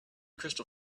crystal